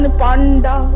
panda